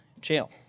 jail